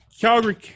Calgary